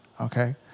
Okay